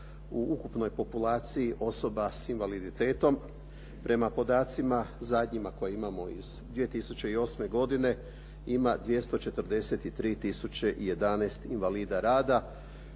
u ukupnoj populaciji osoba sa invaliditetom. Prema podacima zadnjima koje imamo iz 2008. godine ima 243011 invalida rada